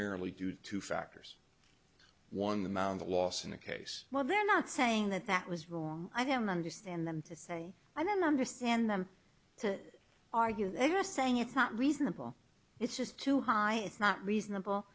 merely due to factors one the mound a loss in a case well they're not saying that that was wrong i don't understand them to say i don't understand them to argue they are saying it's not reasonable it's just too high it's not reasonable